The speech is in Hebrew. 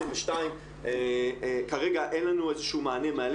22. כרגע, אין לנו איזשהו מענה.